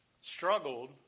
struggled